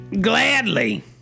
Gladly